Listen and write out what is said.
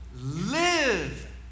live